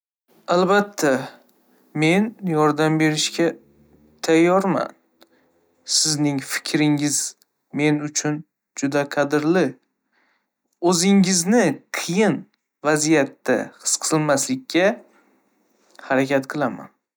Albatta, men yordam berishga tayyorman. Sizning fikrlaringiz men uchun juda qadrli. O'zingizni qiyin vaziyatda his qilmaslikka harakat qilaman.